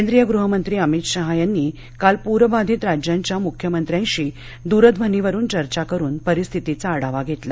केंद्रीय गृह मंत्री अमित शहा यांनी काल प्रबाधित राज्यांच्या मुख्यमंत्र्यांशी दूरध्वनीवरून चर्चा करून परिस्थितीचा आढावा घेतला